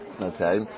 okay